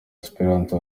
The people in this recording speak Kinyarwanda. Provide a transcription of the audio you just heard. espérance